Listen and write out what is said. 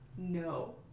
no